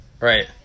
right